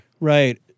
Right